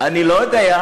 אתה לא בכיוון.